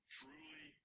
truly